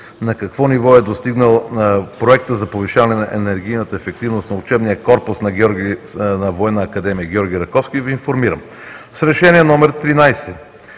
на какво ниво е достигнал проектът за повишаване на енергийната ефективност на учебния корпус на Военна академия „Георги Раковски“, Ви информирам. С Решение № 1301